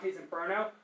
Inferno